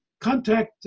contact